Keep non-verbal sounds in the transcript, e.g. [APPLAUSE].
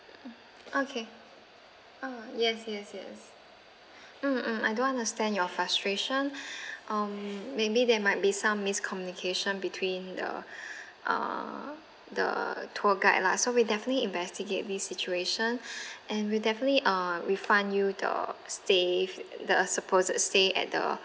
mm okay ah yes yes yes [BREATH] mm mm I do understand your frustration [BREATH] um maybe there might be some miscommunication between the [BREATH] uh the tour guide lah so we'll definitely investigate this situation [BREATH] and we'll definitely uh refund you the stay the supposed stay at the